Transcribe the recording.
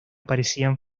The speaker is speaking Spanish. parecían